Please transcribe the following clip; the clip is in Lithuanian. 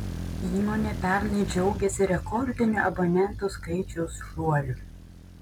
įmonė pernai džiaugėsi rekordiniu abonentų skaičiaus šuoliu